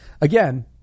Again